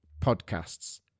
Podcasts